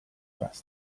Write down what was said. pasti